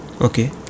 Okay